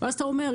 ואז אתה אומר,